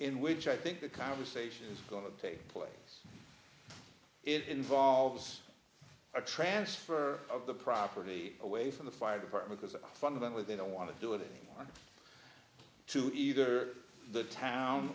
in which i think the conversation is going to take place it involves a transfer of the property away from the fire department has a fundamentally they don't want to do it to either the town